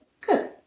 Good